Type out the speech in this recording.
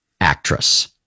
actress